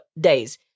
days